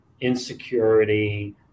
insecurity